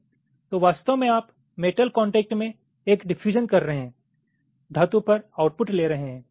तो वास्तव में आप मेटल कॉन्टेक्ट में एक डिफयूजन कर रहे हैं धातु पर आउटपुट ले रहे हैं